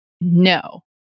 no